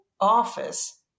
office